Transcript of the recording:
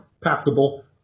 passable